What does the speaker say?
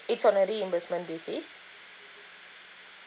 it's on a reimbursement basis